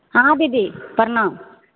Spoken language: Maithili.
हॅं दीदी प्रणाम